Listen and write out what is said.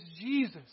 Jesus